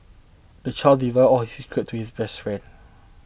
the child divulged all his secrets to his best friend